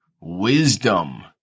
wisdom